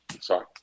sorry